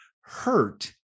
hurt